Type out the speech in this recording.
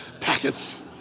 packets